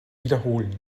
wiederholen